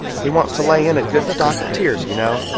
he wants to lay in a good stock of tears, you know,